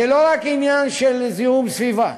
זה לא רק עניין של זיהום הסביבה.